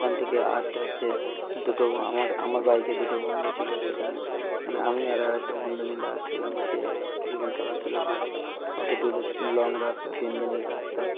ওখান থেকে আসতে আসতে দুটো আমার আমার বাইকে দুটো বন্ধু ছিলো সেখানে মানে আমি আর আর একটা বন্ধু মিলে আসছিলাম সে কিছুক্ষণ চালাচ্ছিলো হাত অত দূরের লং রাস্তা তিন দিনের রাস্তা